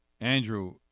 Andrew